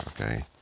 Okay